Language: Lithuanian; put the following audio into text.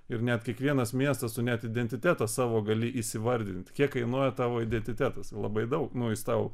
ir net kiekvienas miestas net identitetą savo gali įvardinti kiek kainuoja tavo identitetas labai daug nu jis tau